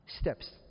steps